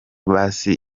basi